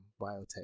biotech